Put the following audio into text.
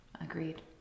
agreed